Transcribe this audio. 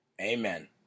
Amen